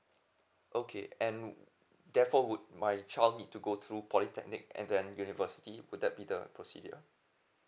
okay and therefore would my child need to go through polytechnic and then university would that be the procedure